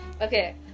Okay